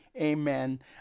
amen